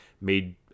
made